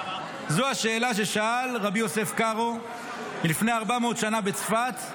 זו השאלה ששאל ר' יוסף קארו לפני 400 שנה בצפת,